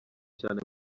cyane